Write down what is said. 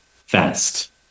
fast